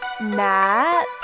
Matt